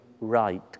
right